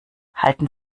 halten